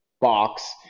box